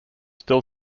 still